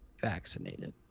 vaccinated